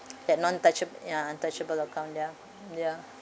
that non toucha~ ya untouchable account ya ya